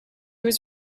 was